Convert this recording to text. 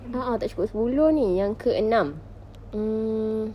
a'ah tak cukup sepuluh ini yang keenam mm